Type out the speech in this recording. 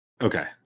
Okay